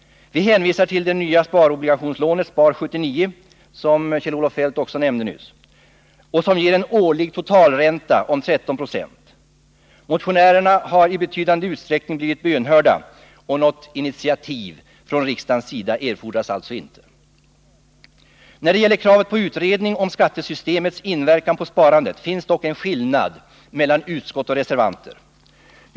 Vi hänvisar till det nya sparobligationslånet SPAR 79 — som Kjell-Olof Feldt också nämnde nyss — och som ger en årlig totalränta på 13 26. Motionärerna har i betydande utsträckning blivit bönhörda, och något initiativ från riksdagens sida erfordras alltså inte. När det gäller kravet på utredning om skattesystemets inverkan på sparandet finns dock en skillnad mellan utskottsmajoritet och reservanter.